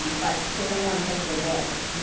but they don't want to hedge their bets. you know